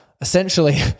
essentially